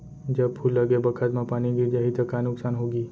जब फूल लगे बखत म पानी गिर जाही त का नुकसान होगी?